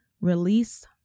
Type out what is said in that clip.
release